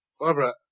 Barbara